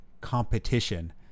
competition